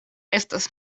estos